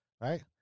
Right